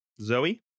Zoe